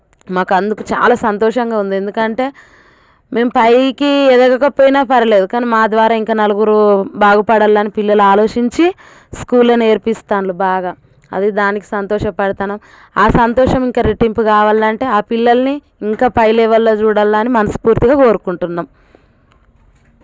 మాకు అందుకు చాలా సంతోషంగా ఉంది ఎందుకంటే మేము పైకి ఎదగకపోయినా పరవాలేదు కానీ మా ద్వారా ఇంకా నలుగురు బాగుపడాలని పిల్లలు ఆలోచించి స్కూల్లో నేర్పిస్తున్నారు బాగా అది దానికి సంతోషపడుతున్నాము ఆ సంతోషం ఇంకా రెట్టింపు కావాలి అంటే ఆ పిల్లలని ఇంకా పై లెవెల్లో చూడాలి అని మనస్పూర్తిగా కోరుకుంటున్నాము